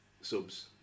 subs